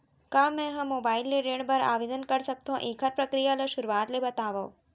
का मैं ह मोबाइल ले ऋण बर आवेदन कर सकथो, एखर प्रक्रिया ला शुरुआत ले बतावव?